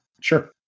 Sure